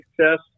success